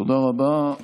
תודה רבה,